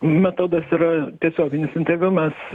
metodas yra tiesioginis interviu mes